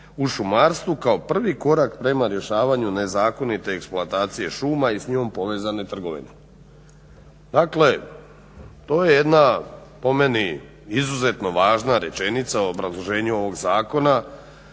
u šumarstvu kao prvi korak prema rješavanju nezakonite eksploatacije šuma i s njom povezane trgovine. Dakle to je jedna po meni izuzetno važna rečenica o obrazloženju ovog zakona